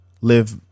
live